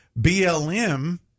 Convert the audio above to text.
BLM